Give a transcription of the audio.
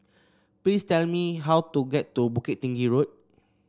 please tell me how to get to Bukit Tinggi Road